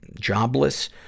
Jobless